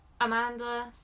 amanda